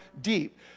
deep